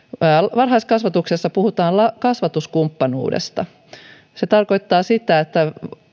varhaiskasvatuksessa puhutaan kasvatuskumppanuudesta se tarkoittaa sitä että